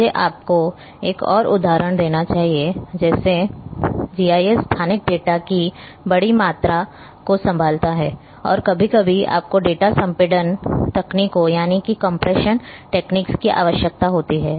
मुझे आपको एक और उदाहरण देना चाहिए जैसे जीआईएस स्थानिक डेटा की बड़ी मात्रा को संभालता है और कभी कभी आपको डेटा संपीड़न तकनीकों compression techniques की आवश्यकता होती है